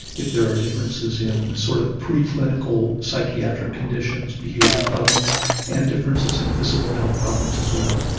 if there are differences in sort of pre-clinical psychiatric conditions, behaviour problems and differences in physical health problems as well.